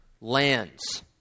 lands